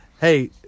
Hey